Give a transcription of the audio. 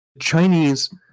chinese